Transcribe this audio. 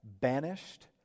banished